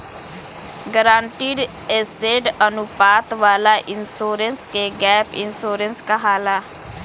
guaranteed asset अनुपात वाला insurance के गैप इंश्योरेंस कहाला